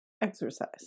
exercise